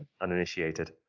uninitiated